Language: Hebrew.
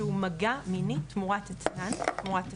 שהוא מגע מיני תמורת תשלום,